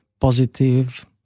positive